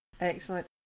Excellent